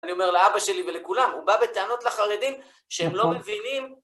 אני אומר לאבא שלי ולכולם, הוא בא בטענות לחרדים שהם לא מבינים